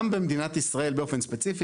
גם במדינת ישראל באופן ספציפי,